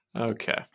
Okay